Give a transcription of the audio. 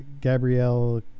Gabrielle